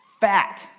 fat